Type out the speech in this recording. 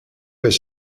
was